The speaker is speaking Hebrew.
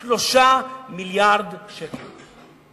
53 מיליארד שקל.